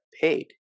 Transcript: paid